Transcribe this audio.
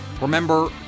Remember